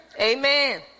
Amen